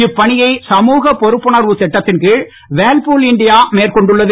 இப்பணியை சமூகப் பொறுப்புணர்வுத் திட்டத்தின் கீழ் வேர்ல்புல் இண்டியா மேற்கொண்டுள்ளது